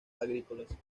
agrícolas